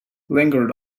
lingered